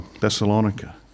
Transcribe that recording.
Thessalonica